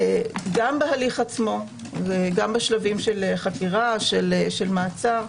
גם בהליך עצמו וגם בשלבי חקירה, של מעצר.